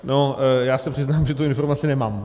No, já se přiznám, že tu informaci nemám.